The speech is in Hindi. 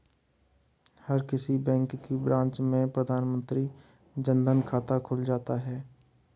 हर किसी बैंक की ब्रांच में प्रधानमंत्री जन धन खाता खुल जाता है